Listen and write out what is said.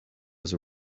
was